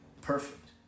Perfect